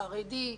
חרדי,